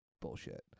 bullshit